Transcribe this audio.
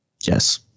Yes